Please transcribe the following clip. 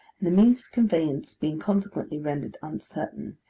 and the means of conveyance being consequently rendered uncertain,